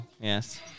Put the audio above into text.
yes